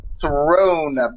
thrown